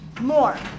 more